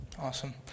awesome